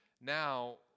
now